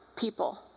people